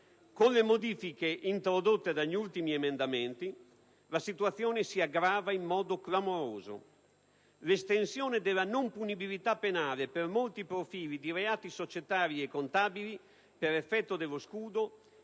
con le modifiche introdotte dagli ultimi emendamenti, la situazione si aggrava in modo clamoroso. L'estensione della non punibilità penale per molti profili di reati societari e contabili per effetto dello scudo,